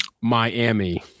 Miami